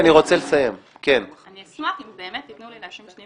אני אשמח אם תתנו לי להשלים שני משפטים.